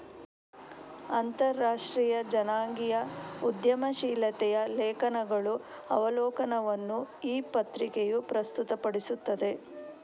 ಅಂತರರಾಷ್ಟ್ರೀಯ ಜನಾಂಗೀಯ ಉದ್ಯಮಶೀಲತೆಯ ಲೇಖನಗಳ ಅವಲೋಕನವನ್ನು ಈ ಪತ್ರಿಕೆಯು ಪ್ರಸ್ತುತಪಡಿಸುತ್ತದೆ